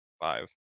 Five